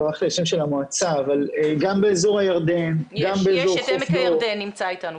יש את עמק הירדן, נמצא איתנו.